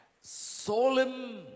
solemn